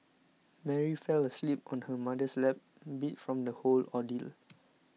Mary fell asleep on her mother's lap beat from the whole ordeal